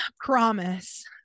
promise